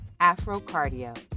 Afrocardio